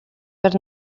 per